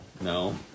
No